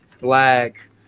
Black